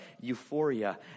euphoria